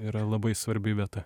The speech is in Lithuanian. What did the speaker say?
yra labai svarbi vieta